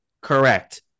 Correct